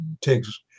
takes